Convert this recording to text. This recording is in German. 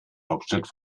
hauptstadt